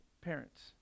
parents